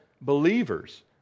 believers